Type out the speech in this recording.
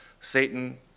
Satan